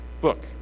book